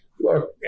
look